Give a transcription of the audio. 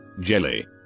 Jelly